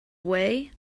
away